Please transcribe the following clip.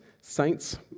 saints